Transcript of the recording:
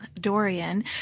Dorian